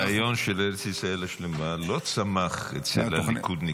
הרעיון של ארץ ישראל השלמה לא צמח אצל הליכודניקים.